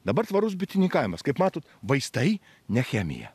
dabar tvarus bitininkavimas kaip matot vaistai ne chemija